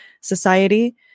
Society